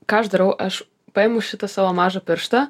ką aš darau aš paimu šitą savo mažą pirštą